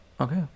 okay